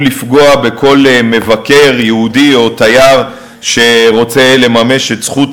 לפגוע בכל מבקר יהודי או תייר שרוצה לממש את זכות